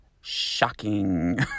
Shocking